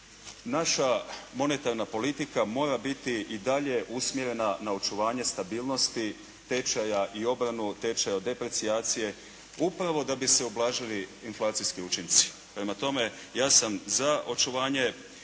Naša monetarna politika mora biti i dalje usmjerena na očuvanje stabilnosti tečaja i obranu od tečaja od deprecijacije upravo da bi se ublažili inflacijski učinci. Prema tome, ja sam za očuvanje